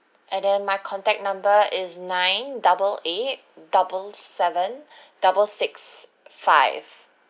and then my contact number is nine double eight double seven double six five